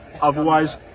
otherwise